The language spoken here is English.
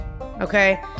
okay